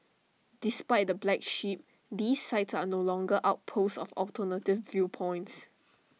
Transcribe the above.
despite the black sheep these sites are no longer outposts of alternative viewpoints